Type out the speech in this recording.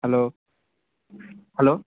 hello hello